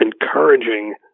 encouraging